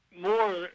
more